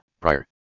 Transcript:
prior